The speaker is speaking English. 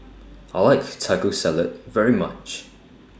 I like Taco Salad very much